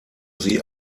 sie